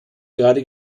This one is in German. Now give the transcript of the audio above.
gerade